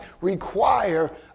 require